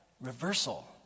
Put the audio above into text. reversal